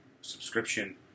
subscription